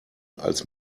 als